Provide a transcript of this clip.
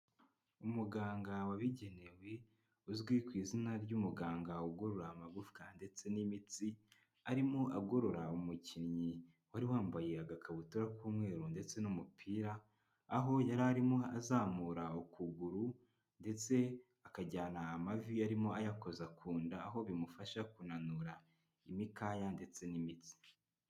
Umuganga wabigenewe, uzwi ku izina ry'umuganga ugorora amagufwa ndetse n'imitsi, arimo agorora umukinnyi wari wambaye agakabutura k'umweru ndetse n'umupira, aho yari arimo azamura ukuguru, ndetse akajyana amavi yarimo ayakoza ku inda aho bimufasha kunanura imikaya ndetse n'imitsi. ,